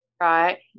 right